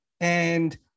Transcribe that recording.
and-